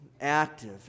active